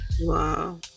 Wow